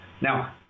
Now